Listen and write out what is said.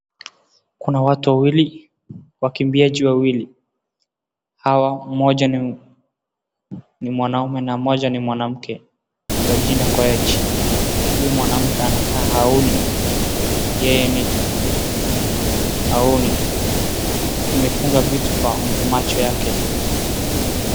Kuna watu wawili, wakimbiaji wawili, hawa mmoja ni mwanaume na mmoja ni mwanamke kwa jina Koech. Huyu mwanamke anakaa haoni, yeye haoni, amefunga vitu kwa macho yake.